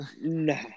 no